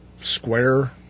square